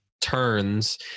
turns